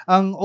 Ang